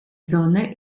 sonne